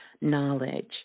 knowledge